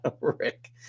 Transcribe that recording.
Rick